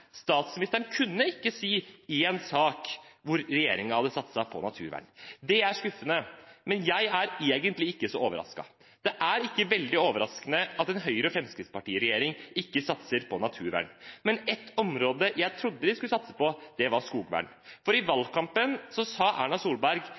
statsministeren kunne ikke nevne én sak hvor regjeringen hadde satset på naturvern. Det er skuffende. Men jeg er egentlig ikke så overrasket. Det er ikke veldig overraskende at en Høyre–Fremskrittsparti-regjering ikke satser på naturvern. Men et område jeg trodde de skulle satse på, var skogvern. For i